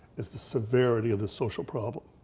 it's the severity of the social problem.